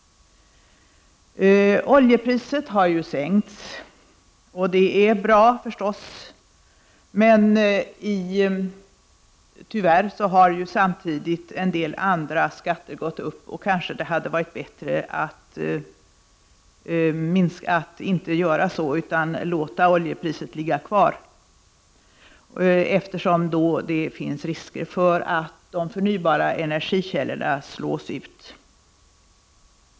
Oljepriset har sänkts, och det är förstås bra. Men tyvärr har samtidigt en del andra skatter gått upp, och kanske hade det varit bättre att i stället låta oljepriset ligga kvar. Annars finns det risk för att de förnybara energikällorna slås ut.